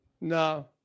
No